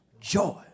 joy